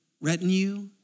retinue